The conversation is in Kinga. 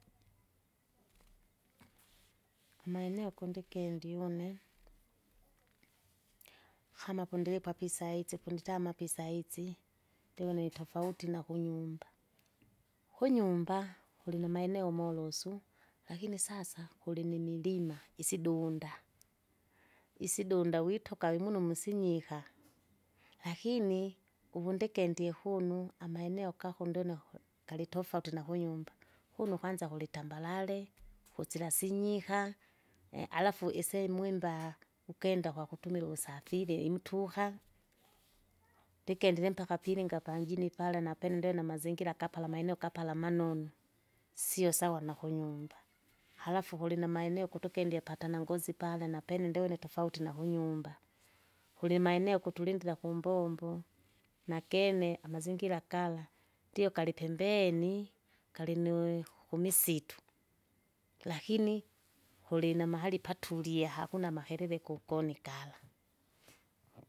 amaeneo kondikindie une, kama pundilipwa apa isazi punditama apa isaizi! ndivona itofauti nakunyumba. Kunyumba, kilinamaeneo molosu, lakini sasa, kulinimilima, isidunda, isidunda witoka wimunu msusinyka musinyiha, lakini, uvundi kendie kunu amaeneo kako ndiuna kuli- kalitofauti nakunyumba, kuno kwanza kulitamabalale! kusila sinyiha halafu isemu imbaha, ukenda kwakutumila uvusafiiri imtuha, ndikendile mpaka apilinga panjini pale napene ndenamazingira akapala maeneo kapala manonu, sio sawa nakunyumba. Halafu kulinamaeneo kutokendie patanangozi pale napene ndiuna tofauti nakunyumba, kulimaeneo kutulindia kumbombo nakene amazingira gala ndio kalipembeni! kaliniui kumisitu. Lakini, kulinamahali patulia hakuna makelele kukoni kala.